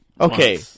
Okay